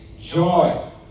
joy